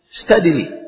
steadily